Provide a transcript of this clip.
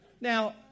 Now